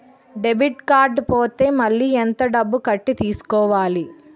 Debit card పోతే మళ్ళీ ఎంత డబ్బు కట్టి తీసుకోవాలి?